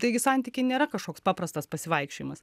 taigi santykiai nėra kažkoks paprastas pasivaikščiojimas